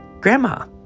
grandma